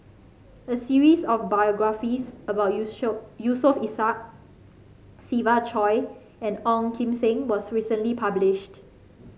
a series of biographies about Yusof Ishak Siva Choy and Ong Kim Seng was recently published